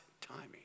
timing